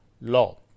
law